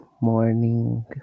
morning